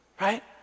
right